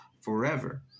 forever